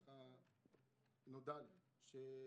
כך נודע לי,